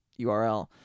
URL